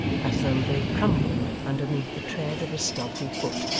as though they crumbled underneath the tread of a stealthy foot.